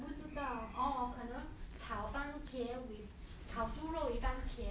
我不知道 orh 可能炒番茄 with 炒猪肉 with 番茄